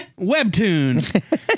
Webtoon